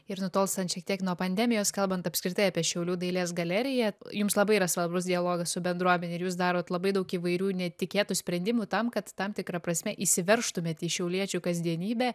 ir nutolstant šiek tiek nuo pandemijos kalbant apskritai apie šiaulių dailės galeriją jums labai yra svarbus dialogas su bendruomene ir jūs darot labai daug įvairių netikėtų sprendimų tam kad tam tikra prasme išsiveržtumėt į šiauliečių kasdienybę